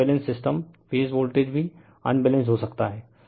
तो unbalanced system phase voltage भी unbalanced हो सकता है